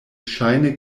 ŝajne